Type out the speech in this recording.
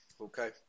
Okay